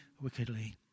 wickedly